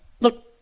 Look